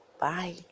Bye